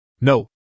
No